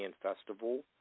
Festival